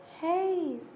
Hey